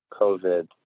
COVID